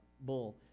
bull